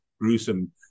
gruesome